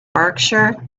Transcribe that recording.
berkshire